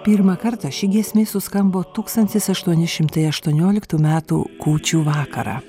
pirmą kartą ši giesmė suskambo tūkstantis aštuoni šimtai aštuonioliktų metų kūčių vakarą